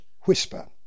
WHISPER